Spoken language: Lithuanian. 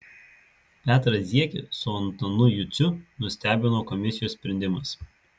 petrą ziekį su antanu juciu nustebino komisijos sprendimas